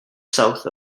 south